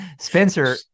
spencer